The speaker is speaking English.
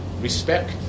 respect